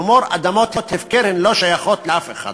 כלומר, אדמות הפקר, הן לא שייכות לאף אחד.